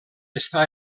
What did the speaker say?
està